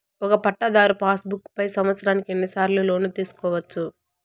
ఒక పట్టాధారు passbook పై సంవత్సరానికి ఎన్ని సార్లు లోను తీసుకోవచ్చు?